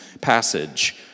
passage